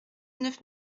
neuf